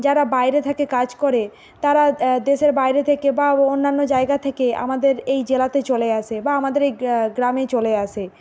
যারা বাইরে থেকে কাজ করে তারা দেশের বাইরে থেকে বা অন্যান্য জায়গা থেকে আমাদের এই জেলাতে চলে আসে বা আমাদের এই গা গ্রামে চলে আসে